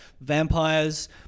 vampires